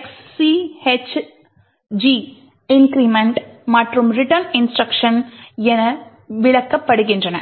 XCHG increment மற்றும் return இன்ஸ்ட்ருக்ஷன்கள் என விளக்கப்படுகின்றன